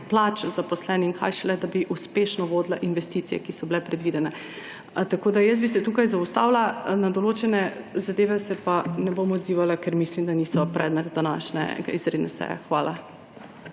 plač zaposlenim, kaj šele, da bi uspešno vodila investicije, ki so bile predvidene. Jaz bi se tukaj zaustavila. Na določene zadeve se pa ne bom odzivala, ker mislim, da niso predmet današnje izredne seje. Hvala.